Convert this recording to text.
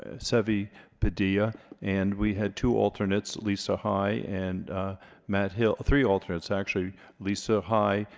ah seve padilla and we had two alternates lisa high and matt hills three alternates actually lisa high,